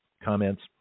comments